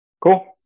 Cool